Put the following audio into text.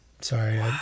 Sorry